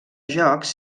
jocs